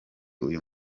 uyu